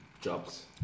jobs